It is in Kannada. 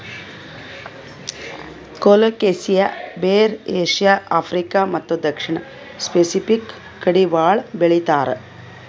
ಕೊಲೊಕೆಸಿಯಾ ಬೇರ್ ಏಷ್ಯಾ, ಆಫ್ರಿಕಾ ಮತ್ತ್ ದಕ್ಷಿಣ್ ಸ್ಪೆಸಿಫಿಕ್ ಕಡಿ ಭಾಳ್ ಬೆಳಿತಾರ್